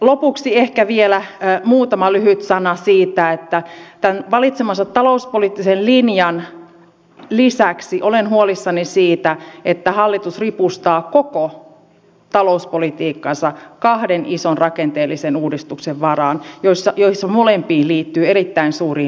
lopuksi ehkä vielä muutama lyhyt sana siitä että tämän valitun talouspoliittisen linjan lisäksi olen huolissani siitä että hallitus ripustaa koko talouspolitiikkansa kahden ison rakenteellisen uudistuksen varaan joihin molempiin liittyy erittäin suuria riskejä